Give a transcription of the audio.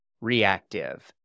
Reactive